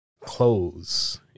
clothes